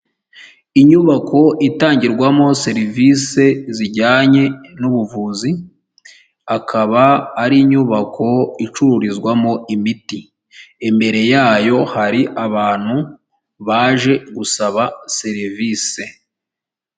Inyubako itangirwamo serivisi zijyanye n'ubuvuzi, akaba ari inyubako icururizwamo imiti, imbere yayo hari abantu baje gusaba serivisi.